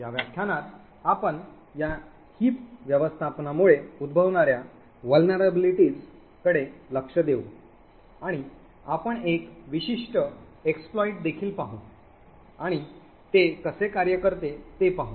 या व्याख्यानात आपण या हीप व्यवस्थापनामुळे उद्धभवणाऱ्या असुरक्षिततेकडे लक्ष देऊ आणि आपण एक विशिष्ट exploit देखील पाहू आणि ते कसे कार्य करते ते पाहू